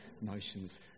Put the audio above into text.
notions